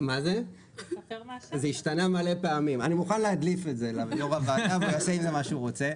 אני מוכן להדליף את זה ליו"ר הוועדה והוא יעשה עם זה מה שהוא רוצה.